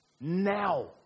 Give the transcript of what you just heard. now